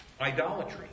idolatry